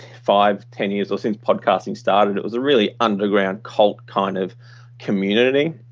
five ten years or since podcasting started, it was a really underground cult kind of community.